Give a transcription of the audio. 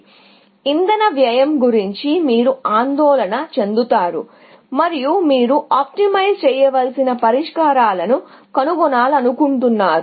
లేదంటే ఇంధన వ్యయం గురించి మీరు ఆందోళన చెందుతారు మీరు ఆప్టిమైజ్ చేసిన పరిష్కారాలను కనుగొనాలనుకుంటున్నారు